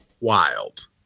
wild